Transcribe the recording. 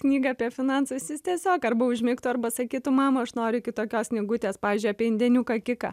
knygą apie finansus jis tiesiog arba užmigtų arba sakytų mama aš noriu kitokios knygutės pavyzdžiui apie indėniuką kiką